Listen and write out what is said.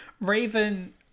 Raven